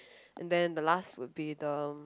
and then the last would be them